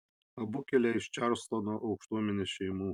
abu kilę iš čarlstono aukštuomenės šeimų